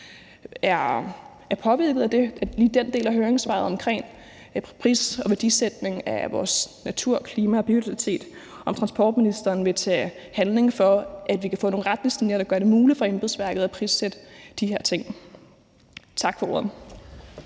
er påvirket af den del af høringssvaret omkring prissætning og værdisætning af vores natur, klima og biodiversitet, og om transportministeren vil tage handling, for at vi kan få nogle retningslinjer, der gør det muligt for embedsværket at prissætte de her ting. Tak for ordet.